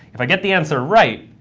if i get the answer right,